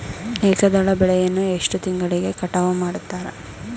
ಏಕದಳ ಬೆಳೆಯನ್ನು ಎಷ್ಟು ತಿಂಗಳಿಗೆ ಕಟಾವು ಮಾಡುತ್ತಾರೆ?